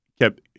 kept